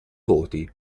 voti